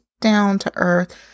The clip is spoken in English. down-to-earth